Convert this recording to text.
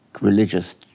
religious